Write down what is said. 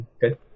Good